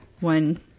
one